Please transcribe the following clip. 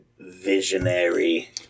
visionary